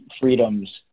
freedoms